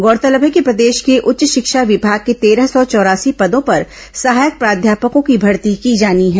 गौरतलब है कि प्रदेश के उच्च शिक्षा विभाग के तेरह सौ चौरासी पदों पर सहायक प्राध्यापकों की भर्ती की जानी है